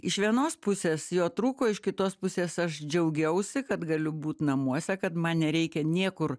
iš vienos pusės jo trūko iš kitos pusės aš džiaugiausi kad galiu būt namuose kad man nereikia niekur